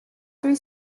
three